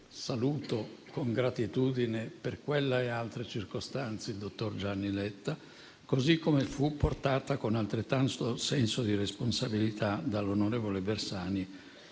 saluto con gratitudine per quella e altre circostanze il dottor Gianni Letta - così come fu affrontato con altrettanto senso di responsabilità dall'onorevole Bersani